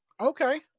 Okay